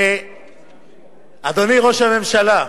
אדוני ראש הממשלה,